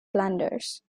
flanders